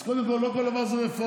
אז קודם כול, לא כל דבר זה רפורמה.